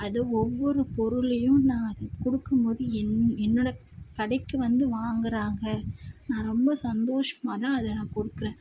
அதை ஒவ்வொரு பொருள்லேயும் நான் அதை கொடுக்கம்போது என் என்னோடய கடைக்கு வந்து வாங்குகிறாங்க நான் ரொம்ப சந்தோஷமாகதான் அதை நான் கொடுக்குறேன்